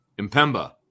impemba